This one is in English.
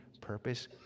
purpose